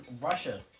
Russia